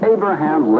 Abraham